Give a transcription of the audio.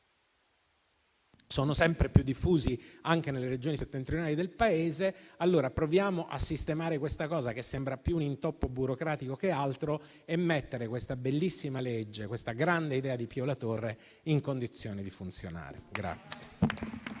sono sempre più diffusi anche nelle Regioni settentrionali del Paese. Proviamo a sistemare questa situazione, che sembra più un intoppo burocratico che altro, e a mettere questa bellissima legge, nata dalla grande idea di Pio La Torre, nelle condizioni di funzionare.